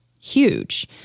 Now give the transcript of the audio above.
huge